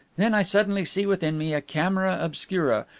then i suddenly see within me a camera obscura,